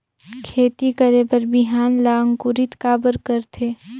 खेती करे बर बिहान ला अंकुरित काबर करथे?